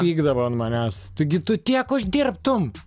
pykdavo an manęs taigi tu tiek uždirbtum